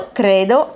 credo